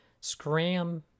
Scram